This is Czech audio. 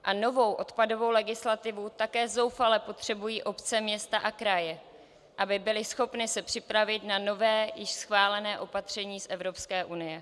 A novou odpadovou legislativu také zoufale potřebují obce, města a kraje, aby byly schopny se připravit na nové, již schválené opatření z Evropské unie.